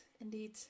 indeed